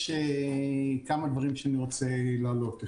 יש כמה דברים שאני רוצה להעלות.